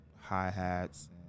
hi-hats